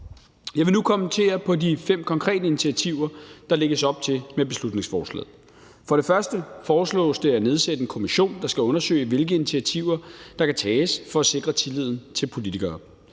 Jeg vil nu kommentere på de fem konkrete initiativer, der lægges op til med beslutningsforslaget. For det første foreslås det at nedsætte en kommission, der skal undersøge, hvilke initiativer der kan tages for at sikre tilliden til politikere.